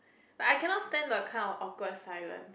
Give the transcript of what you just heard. like I cannot stand the kind of awkward silent